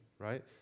right